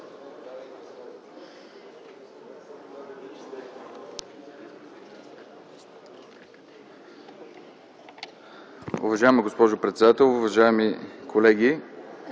Уважаема госпожо председател, уважаеми колеги!